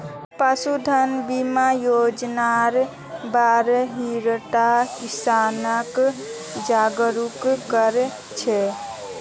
पशुधन बीमा योजनार बार रोहित किसानक जागरूक कर छेक